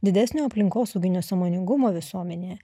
didesnio aplinkosauginio sąmoningumo visuomenėje